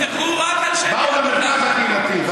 הם נרצחו רק, באו למרכז הקהילתי.